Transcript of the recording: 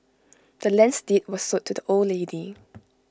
the land's deed was sold to the old lady